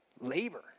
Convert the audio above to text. labor